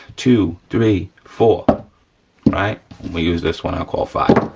two, three, four, right? we use this one, i call five,